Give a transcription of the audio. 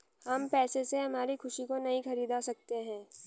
हम पैसे से हमारी खुशी को नहीं खरीदा सकते है